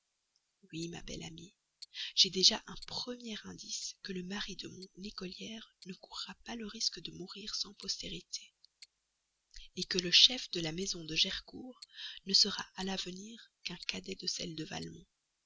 oui ma belle amie j'ai déjà un premier indice que le mari de mon écolière ne courra pas le risque de mourir sans postérité que le chef de la maison de gercourt ne sera à l'avenir qu'un cadet de celle de